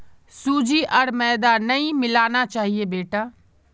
सूजी आर मैदा नई मिलाना चाहिए बेटा